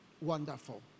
wonderful